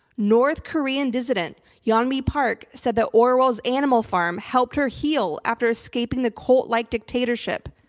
north korean dissident yeon mi park said the orwell's animal farm helped her heal after escaping the cult like dictatorship.